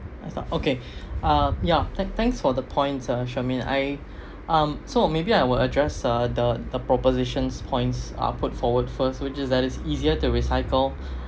I start okay uh ya thanks for the points charmaine I um so maybe I will address the the proposition's points are put forward first which is that it's easier to recycle